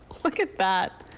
look at that.